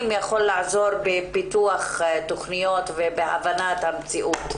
יכול לעזור בפיתוח תכניות ובהבנת המציאות.